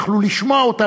יכלו לשמוע אותה,